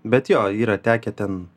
bet jo yra tekę ten